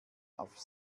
auf